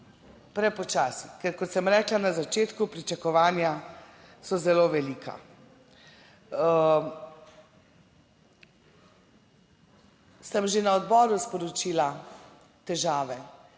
Prepočasi, ker kot sem rekla na začetku, pričakovanja so zelo velika. Sem že na odboru sporočila težave,